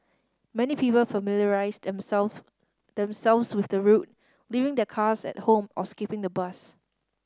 many people familiarised them self themselves with the route leaving their cars at home or skipping the bus